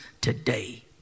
today